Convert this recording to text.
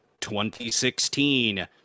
2016